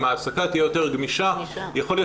אם ההעסקה תהיה יותר גמישה יכול להיות